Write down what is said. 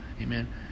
amen